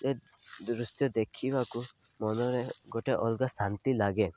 ସେ ଦୃଶ୍ୟ ଦେଖିବାକୁ ମନରେ ଗୋଟେ ଅଲଗା ଶାନ୍ତି ଲାଗେ